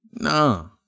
No